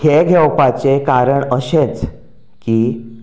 हें घेवपाचें कारण अशेंच की